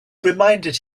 reminded